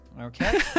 okay